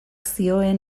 zioen